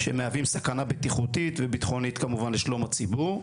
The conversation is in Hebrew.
שמהווים סכנה בטיחותית וביטחונית כמובן לשלום הציבור.